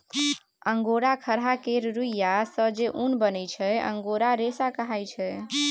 angora खरहा केर रुइयाँ सँ जे उन बनै छै अंगोरा रेशा कहाइ छै